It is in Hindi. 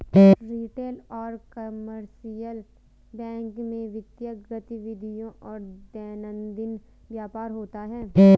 रिटेल और कमर्शियल बैंक में वित्तीय गतिविधियों और दैनंदिन व्यापार होता है